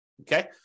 Okay